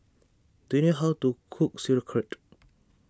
do you know how to cook Sauerkraut